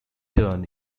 turn